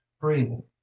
breathing